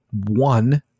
one